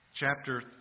Chapter